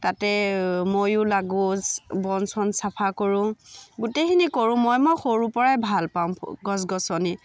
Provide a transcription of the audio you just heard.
তাতে ময়ো লাগো বন চন চাফা কৰোঁ গোটেইখিনি কৰোঁ মই মই সৰুৰ পৰাই ভাল পাওঁ গছ গছনি